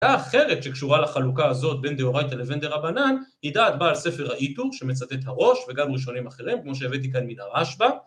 ‫דעה אחרת שקשורה לחלוקה הזאת, ‫בין דאורייתא לבין דרבנן, ‫היא דעת בעל ספר האיטור ‫שמצטט הראש וגם ראשונים אחרים, ‫כמו שהבאתי כאן מן הרשב"א.